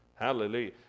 Hallelujah